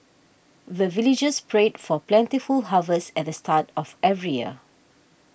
the villagers pray for plentiful harvest at the start of every year